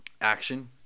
action